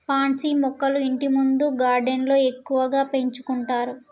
pansy మొక్కలు ఇంటిముందు గార్డెన్లో ఎక్కువగా పెంచుకుంటారు